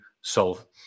solve